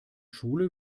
schule